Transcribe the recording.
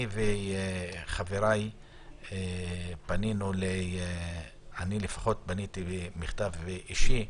אני וחבריי פנינו אני לפחות פניתי במכתב אישי,